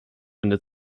eine